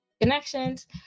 connections